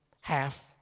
half